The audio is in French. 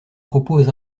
propos